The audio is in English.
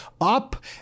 up